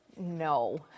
No